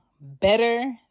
better